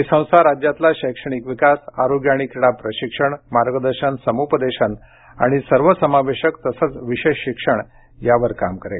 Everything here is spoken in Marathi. ही संस्था राज्यातला शैक्षणिक विकास आरोग्य आणि क्रीडा प्रशिक्षण मार्गदर्शन समुपदेशन आणि सर्वसमावेशक तसंच विशेष शिक्षण यावर काम करेल